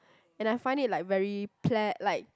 and I find it like very ple~ like